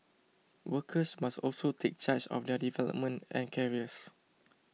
workers must also take charge of their development and careers